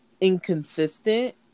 inconsistent